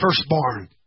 firstborn